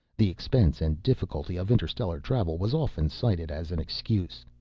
the expense and difficulty of interstellar travel was often cited as an excuse.